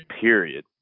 Period